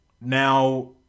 Now